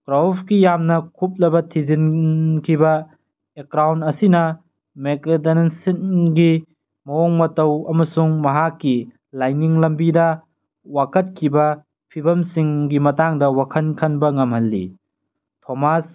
ꯄ꯭ꯔꯥꯎꯐꯀꯤ ꯌꯥꯝꯅ ꯀꯨꯞꯂꯕ ꯊꯤꯖꯤꯟꯈꯤꯕ ꯑꯦꯀ꯭ꯔꯥꯎꯟ ꯑꯁꯤꯅ ꯃꯦꯀꯦꯗꯅꯟꯁꯤꯟꯒꯤ ꯃꯑꯣꯡ ꯃꯇꯧ ꯑꯃꯁꯨꯡ ꯃꯍꯥꯛꯀꯤ ꯂꯥꯏꯅꯤꯡ ꯂꯝꯕꯤꯗ ꯋꯥꯀꯠꯈꯤꯕ ꯐꯤꯕꯝꯁꯤꯡꯒꯤ ꯃꯇꯥꯡꯗ ꯋꯥꯈꯜ ꯈꯟꯕ ꯉꯝꯍꯜꯂꯤ ꯊꯣꯃꯥꯁ